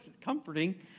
comforting